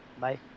bye